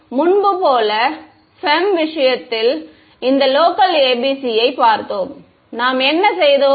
எனவே முன்பு போல FEM விஷயத்தில் இந்த லோக்கல் ABC யைப் பார்த்தோம் நாம் என்ன செய்தோம்